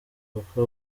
kuko